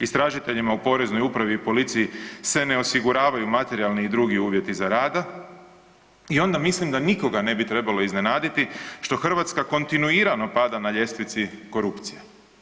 Istražiteljima u poreznoj upravi i policiji se ne osiguravaju materijalni i drugi uvjeti za rada i onda mislim da nikoga ne bi trebalo iznenaditi što Hrvatska kontinuirano pada na ljestvici korupcije.